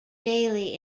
daily